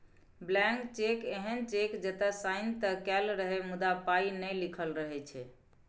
blank cheque एहन cheque जतय sign तए कएल रहय मुदा पाइ नहि लिखल रहै छै